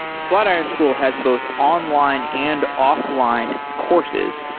flatiron school has both online and offline courses.